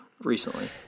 recently